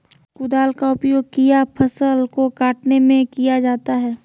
कुदाल का उपयोग किया फसल को कटने में किया जाता हैं?